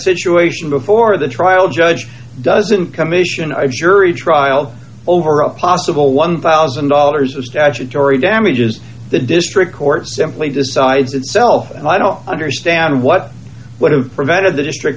situation before the trial judge doesn't commission a jury trial over a possible one thousand dollars of statutory damages the district court simply decides itself and i don't understand what would have prevented the district